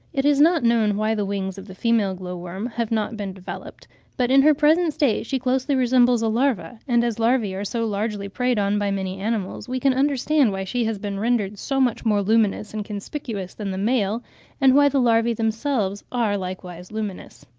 it is not known why the wings of the female glow-worm have not been developed but in her present state she closely resembles a larva, and as larvae are so largely preyed on by many animals, we can understand why she has been rendered so much more luminous and conspicuous than the male and why the larvae themselves are likewise luminous.